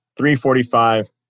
345